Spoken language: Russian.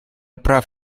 прав